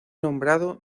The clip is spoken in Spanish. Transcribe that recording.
nombrado